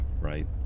right